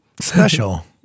Special